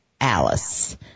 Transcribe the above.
alice